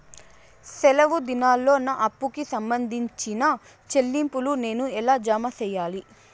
సెలవు దినాల్లో నా అప్పుకి సంబంధించిన చెల్లింపులు నేను ఎలా జామ సెయ్యాలి?